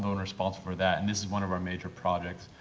the one responsible for that, and this is one of our major projects.